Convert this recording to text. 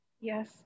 Yes